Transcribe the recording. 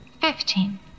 fifteen